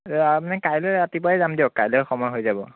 আমি কাইলৈ ৰাতিপুৱাই যাম দিয়ক কাইলৈ সময় হৈ যাব